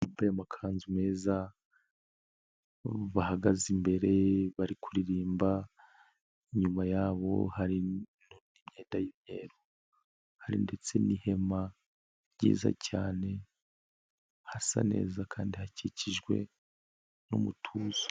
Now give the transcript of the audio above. Ababyeyi bamabaye amakanzu meza, bahagaze imbere bari kuririmba, inyuma yabo hari imyenda y'imyeru, hari ndetse n'ihema ryiza cyane hasa neza kandi hakikijwe n'umutuzo.